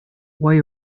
why